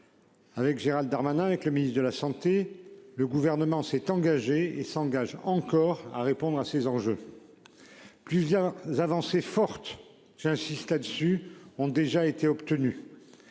Avec Gérald Darmanin, que le ministre de la Santé. Le gouvernement s'est engagé et s'engage encore à répondre à ces enjeux. Puis y avancée forte j'insiste là-dessus ont déjà été obtenu.